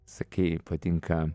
sakei patinka